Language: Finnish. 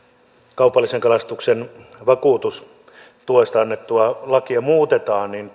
kaupallisen kalastuksen vakuutustuesta annettua lakia muutetaan niin